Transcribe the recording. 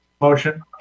Motion